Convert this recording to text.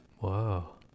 Wow